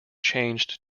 changed